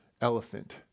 elephant